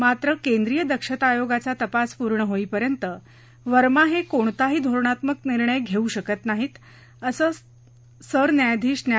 मात्र केंद्रीय दक्षता आयोगाचा तपास पूर्ण होईपर्यंत वर्मा हे कोणताही धोरणात्मक निर्णय घेऊ शकत नाहीत असंही सरन्यायाधीश न्या